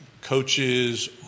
coaches